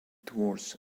towards